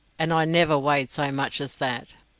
and i never weighed so much as that.